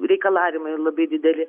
reikalavimai labai dideli